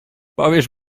powiesz